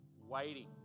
waiting